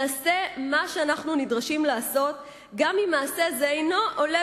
נעשה מה שאנחנו נדרשים לעשות גם אם מעשה זה אינו עולה